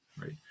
right